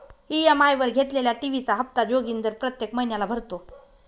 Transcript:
EMI वर घेतलेल्या TV चा हप्ता जोगिंदर प्रत्येक महिन्याला भरतो